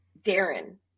darren